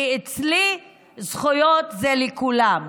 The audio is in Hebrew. כי אצלי זכויות זה לכולם,